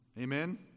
Amen